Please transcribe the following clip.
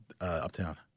uptown